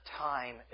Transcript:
time